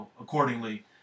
accordingly